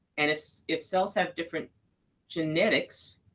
and if if cells have different genetics,